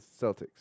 Celtics